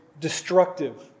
destructive